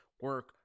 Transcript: Work